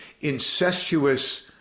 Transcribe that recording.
incestuous